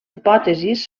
hipòtesis